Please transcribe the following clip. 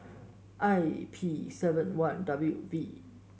I P seven one W V